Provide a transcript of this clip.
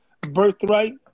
birthright